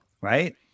Right